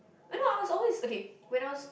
I know I was always okay when I was